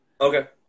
Okay